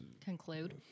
conclude